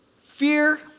Fear